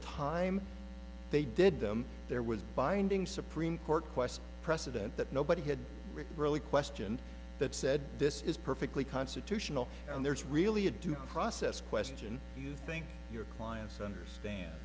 time they did them there was binding supreme court question precedent that nobody had written really question that said this is perfectly constitutional and there's really a due process question do you think your clients understand